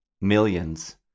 millions